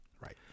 Right